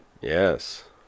yes